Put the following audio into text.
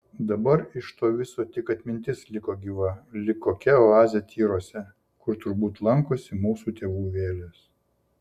dabar iš to viso tik atmintis liko gyva lyg kokia oazė tyruose kur turbūt lankosi mūsų tėvų vėlės